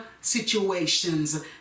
situations